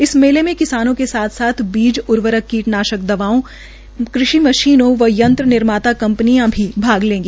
इस मेले में किसानों के साथ साथ बीज उर्वरक कीटनाशक दवाओं कृषि मशीनें व यंत्र निर्माता कंपनियां भाग लेंगी